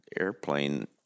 airplane